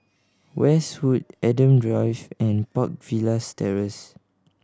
Westwood Adam Drive and Park Villas Terrace